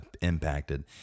impacted